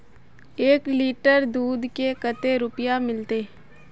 एक लीटर दूध के कते रुपया मिलते?